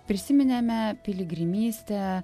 prisiminėme piligrimystę